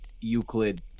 Euclid